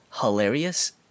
hilarious